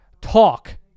talk